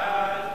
ההצעה